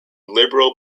liberal